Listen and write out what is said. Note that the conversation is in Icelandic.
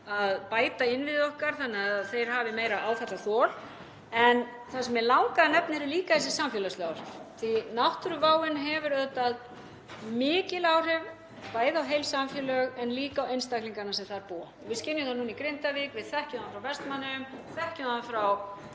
að bæta innviði okkar þannig að þeir hafi meira áfallaþol. Það sem mig langaði að nefna líka eru þessi samfélagslegu áhrif. Náttúruvá hefur auðvitað mikil áhrif á heil samfélög en líka einstaklingana sem þar búa. Við skynjum það núna í Grindavík, við þekkjum það frá Vestmannaeyjum, þekkjum það frá